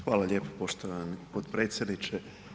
Hvala lijepo poštovani potpredsjedniče.